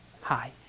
hi